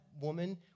woman